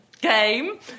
game